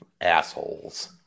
assholes